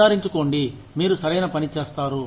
నిర్ధారించుకోండి మీరు సరైన పని చేస్తారు